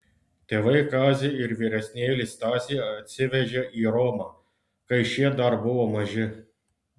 tėvai kazį ir vyresnėlį stasį atsivežė į romą kai šie dar buvo maži